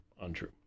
untrue